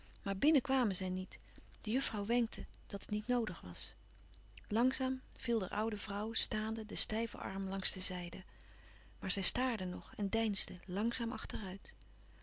maar binnen kwamen zij niet de juffrouw wenkte dat het niet noodig was langzaam viel der oude vrouw staande de stijve arm langs de zijde maar zij staarde nog en deinsde langzaam achteruit